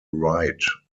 right